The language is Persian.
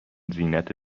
زینت